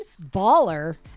baller